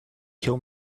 kill